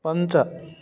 पञ्च